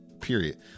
period